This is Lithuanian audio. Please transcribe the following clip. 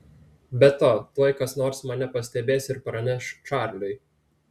be to tuoj kas nors mane pastebės ir praneš čarliui